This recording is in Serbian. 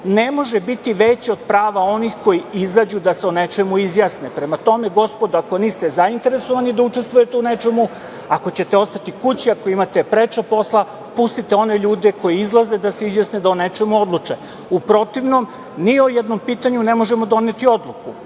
ne može biti veće od prava onih koji izađu da se o nečemu izjasne. Prema tome, gospodo, ako niste zainteresovani da učestvujete u nečemu, ako ćete ostati kući, ako imate preča posla, pustite one ljude koji izlaze da se izjasne, da o nečemu odluče. U protivnom ni o jednom pitanju ne možemo doneti odluku